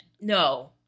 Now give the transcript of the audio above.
No